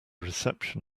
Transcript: reception